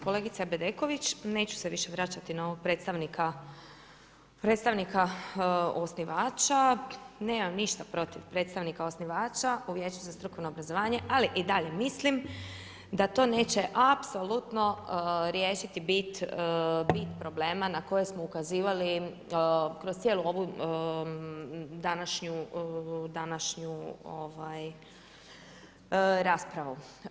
Kolegice Bedeković, neću se više vraćati na ovog predstavnika osnivača, nemam ništa protiv predstavnika osnivača u Vijeću za strukovno obrazovanje, ali i dalje mislim da to neće apsolutno riješiti bit problema na koje smo ukazivali kroz cijelu ovu današnju raspravu.